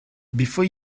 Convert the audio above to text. before